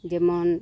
ᱡᱮᱢᱚᱱ